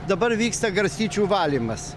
dabar vyksta garstyčių valymas